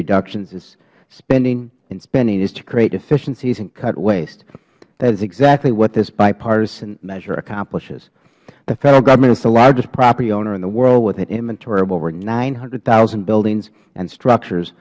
reductions in spending is to create efficiencies and cut waste that is exactly what this bipartisan measure accomplishes the federal government is the largest property owner in the world with an inventory of over nine hundred thousand buildings and structures